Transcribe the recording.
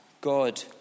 God